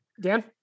dan